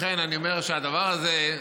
לכן אני אומר שהדבר הזה,